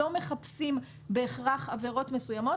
לא מחפשים בהכרח עבירות מסוימות.